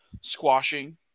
squashing